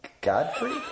Godfrey